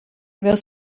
where